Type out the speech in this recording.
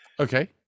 Okay